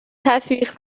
تطبیق